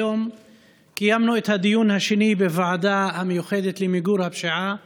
היום קיימנו את הדיון השני בוועדה המיוחדת למיגור הפשיעה והאלימות.